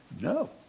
No